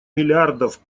миллиардов